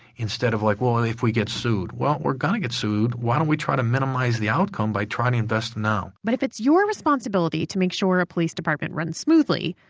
instead of like, we'll if we get sued. well, we're going to get sued. why don't we try to minimize the outcome by trying to invest now? but if it's your responsibility to make sure a police department runs smoothly,